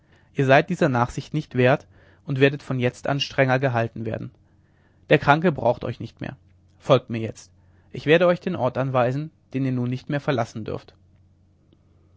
ihr seid dieser nachsicht nicht wert und werdet von jetzt an strenger gehalten werden der kranke braucht euch nicht mehr folgt mir jetzt ich werde euch den ort anweisen den ihr nun nicht mehr verlassen dürft